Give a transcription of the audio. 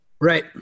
Right